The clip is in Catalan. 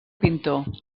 pintor